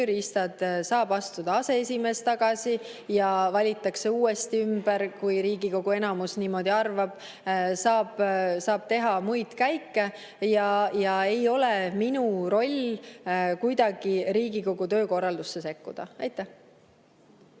saab astuda aseesimees tagasi ja valitakse uuesti ümber, kui Riigikogu enamus niimoodi arvab, saab teha muid käike. Ei ole minu roll kuidagi Riigikogu töökorraldusse sekkuda. Aitäh!